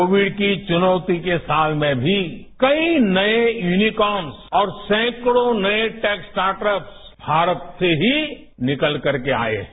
Covid की चुनौती के साल में भी कई नए यूनीकॉन्स और सैकड़ों नए टेक स्टार्टफ्स भारत से ही निकल कर के आए हैं